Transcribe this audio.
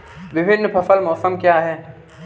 विभिन्न फसल मौसम क्या हैं?